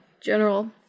General